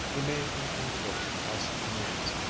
he made an inquiry as to names,